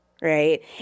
Right